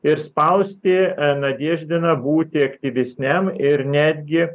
ir spausti nadeždiną būti aktyvesniam ir netgi